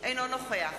אינו נוכח